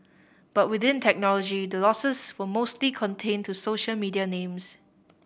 but within technology the losses were mostly contained to social media names